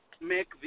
make